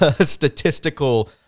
statistical